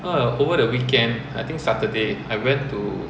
!wah! over the weekend I think saturday I went to